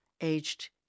aged